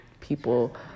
people